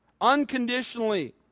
unconditionally